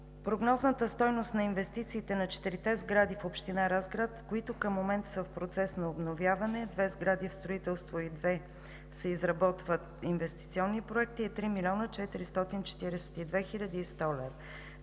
Прогнозната стойност на инвестициите за четирите сгради в община Разград, които към момента са в процес на обновяване – две сгради в строителство и по две се изработват инвестиционни проекти, е 3 млн. 442 хил. 100 лв.